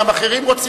גם אחרים רוצים.